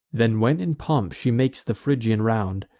then, when in pomp she makes the phrygian round,